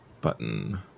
button